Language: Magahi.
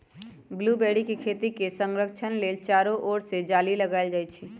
ब्लूबेरी के खेती के संरक्षण लेल चारो ओर से जाली लगाएल जाइ छै